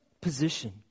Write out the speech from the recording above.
Position